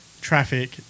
traffic